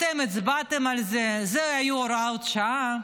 אתם הצבעתם על זה, אלה היו הוראות שעה.